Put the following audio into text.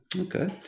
Okay